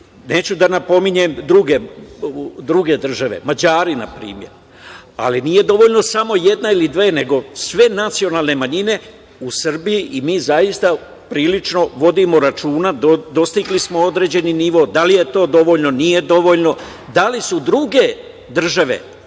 Neću da napominjem druge države. Mađari na primer. Ali, nije dovoljno samo jedna ili dve nego sve nacionalne manjine u Srbiji i mi prilično vodimo računa. Dostigli smo određeni nivo. Da li je to dovoljno? Nije dovoljno. Da li su druge države